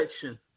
section